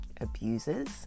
abusers